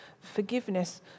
forgiveness